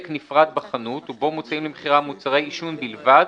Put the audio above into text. נפרד בחנות ובו מוצעים למכירה מוצרי עישון בלבד,